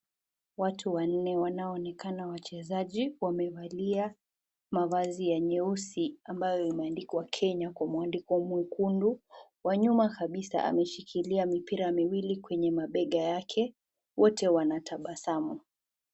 Watu wanne wanaoonekana wachezaji, wamevalia mavazi ya nyeusi ambayo imeandikwa Kenya, kwa mwandiko mwekundu. Wa nyuma kabisa ameshikilia mipira miwili kwenye mabega yake. Wote wanatabasamu.